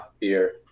beer